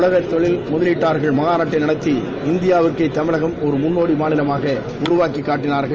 உலக தொழில் முதலீட்டாளர் மாநாட்டை நடத்தி இந்தியாவிற்கே தமிழகம் ஒரு முன்னோடி மாநிலமாக உருவாக்கிக் காட்டனார்கள்